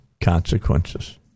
consequences